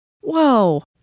Whoa